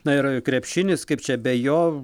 na ir krepšinis kaip čia be jo